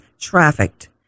trafficked